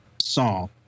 song